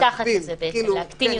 מתחת לזה בעצם, להקטין יותר.